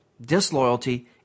Disloyalty